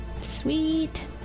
sweet